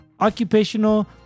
Occupational